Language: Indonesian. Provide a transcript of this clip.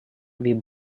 lebih